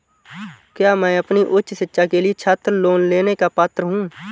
क्या मैं अपनी उच्च शिक्षा के लिए छात्र लोन लेने का पात्र हूँ?